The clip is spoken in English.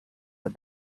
the